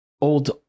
old